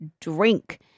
drink